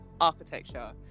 architecture